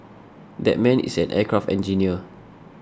that man is an aircraft engineer